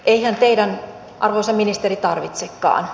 eihän teidän arvoisa ministeri tarvitsekaan